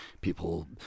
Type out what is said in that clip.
people